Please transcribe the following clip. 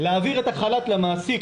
להעביר את החל"ת למעסיק,